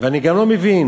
ואני גם לא מבין,